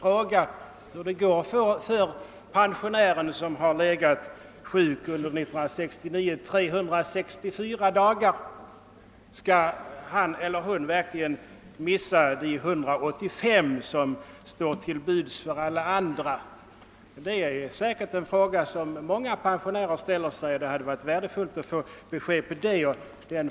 Skall en pensionär som har legat sjuk i 364 dagar under 1969 verkligen missa de 185 dagar som står till buds för alla andra? Det är säkert en fråga som många pensionärer ställer sig, och det hade varit värdefullt att få besked.